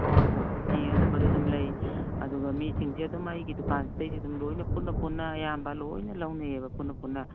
ꯍꯣꯏ ꯍꯣꯏ ꯎꯝ ꯑꯗꯨꯒꯨꯝꯕꯗꯨ ꯑꯗꯨꯝ ꯂꯩ ꯑꯗꯨꯒ ꯃꯤꯁꯤꯡꯁꯦ ꯑꯗꯨꯝ ꯑꯩꯒꯤ ꯗꯨꯀꯥꯟꯁꯤꯗꯒꯤ ꯑꯗꯨꯝ ꯂꯣꯏꯅ ꯄꯨꯟꯅ ꯄꯨꯟꯅ ꯑꯌꯥꯝꯕ ꯂꯣꯏꯅ ꯂꯧꯅꯩꯌꯦꯕ ꯄꯨꯟꯅ ꯄꯨꯟꯅ